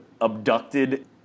abducted